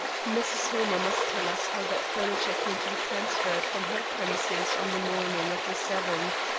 mrs. hillmer must tell us how that furniture came to be transferred from her premises on the morning of the seventh.